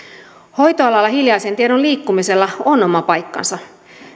hoitoalalla hiljaisen tiedon liikkumisella on oma paikkansa